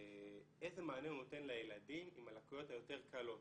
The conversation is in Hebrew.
איזה מענה הוא נותן לילדים עם הלקויות היותר קלות